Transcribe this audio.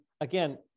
again